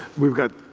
we've got,